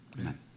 Amen